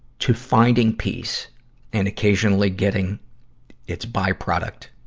to finding peace and occasionally getting its byproduct,